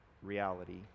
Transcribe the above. reality